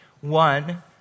One